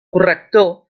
corrector